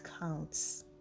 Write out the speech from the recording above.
counts